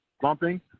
bumping